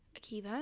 Akiva